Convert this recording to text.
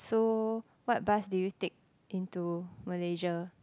so what bus did you take into Malaysia